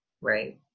right